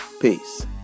Peace